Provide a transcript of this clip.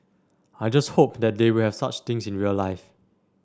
I just hope that they will have such things in real life